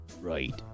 Right